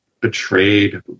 betrayed